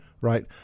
Right